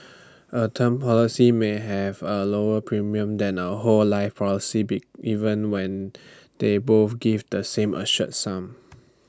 A term policy may have A lower premium than A whole life policy be even when they both give the same assured sum